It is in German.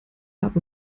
hab